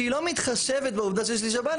שהיא לא מתחשבת בעובדה שיש לי שב"ן,